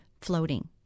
floating